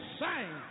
sing